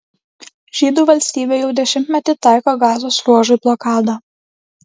žydų valstybė jau dešimtmetį taiko gazos ruožui blokadą